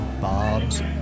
Bob's